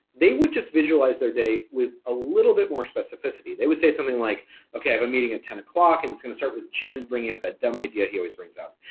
they would just visualize their day with a little bit more specificity. they would say something like okay, i have a meeting at ten o'clock, and it's gonna start with jim bringing up that dumb idea he always bring up,